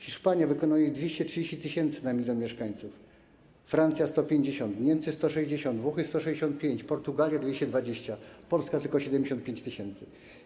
Hiszpania wykonuje ich 230 tys. na 1 mln mieszkańców, Francja - 150, Niemcy - 160, Włochy - 165, Portugalia - 220, Polska tylko 75 tys.